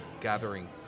gathering